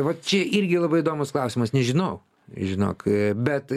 va čia irgi labai įdomus klausimas nežinau žinok bet